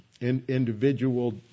individual